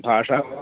भाषा